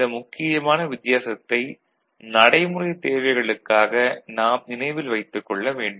இந்த முக்கியமான வித்தியாசத்தை நடைமுறைத் தேவைகளுக்காக நாம் நினைவில் வைத்துக் கொள்ள வேண்டும்